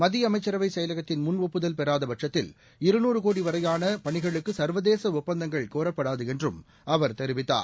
மத்திய அமைச்சரவை செயலகத்தின் முன் ஒப்புதல் பெறாதபட்சத்தில் இருநூறு கோடி வரையான பணிகளுக்கு சர்வதேச ஒப்பந்தங்கள் கோரப்படாது என்றும் அவர் தெரிவித்தார்